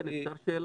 חן, אפשר שאלה?